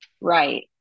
right